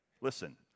Listen